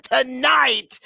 tonight